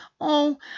Oh